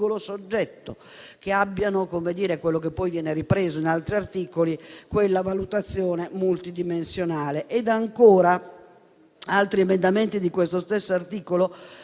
che prevedano ciò che poi viene ripreso in altri articoli, cioè una valutazione multidimensionale.